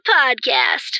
podcast